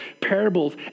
parables